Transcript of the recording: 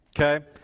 okay